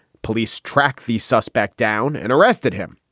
police tracked the suspect down and arrested him.